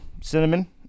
cinnamon